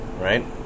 right